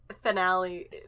finale